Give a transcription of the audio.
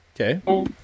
Okay